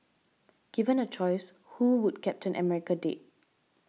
given a choice who would Captain America date